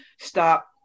stop